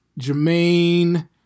Jermaine